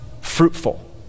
fruitful